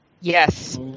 Yes